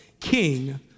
King